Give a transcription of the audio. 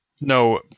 no